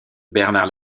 bernard